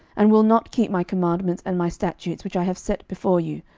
and will not keep my commandments and my statutes which i have set before you,